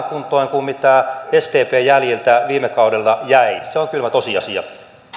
kuntoon kuin mitä sdpn jäljiltä viime kaudella jäi se on kylmä tosiasia